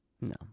No